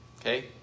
Okay